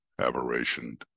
aberration